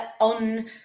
on